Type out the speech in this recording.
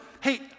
hey